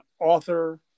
author